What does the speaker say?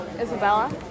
Isabella